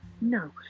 No